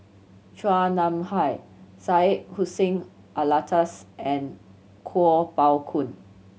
Chua Nam Hai Syed Hussein Alatas and Kuo Pao Kun